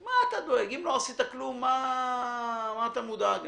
אם לא עשית כלום מה אתה מודאג,